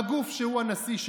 בגוף שהוא הנשיא שלו,